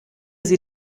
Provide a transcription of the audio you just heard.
sie